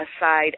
aside